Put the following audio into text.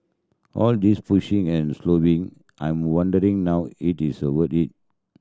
all this pushing and I'm wondering now it is it